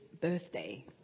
birthday